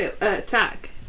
attack